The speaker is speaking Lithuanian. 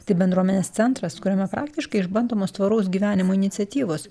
tai bendruomenės centras kuriame praktiškai išbandomos tvaraus gyvenimo iniciatyvos